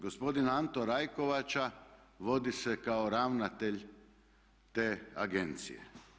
Gospodin Anto Rajkovača vodi se kao ravnatelj te agencije.